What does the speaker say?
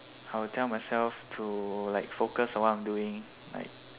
I will tell myself to like focus on what I am doing like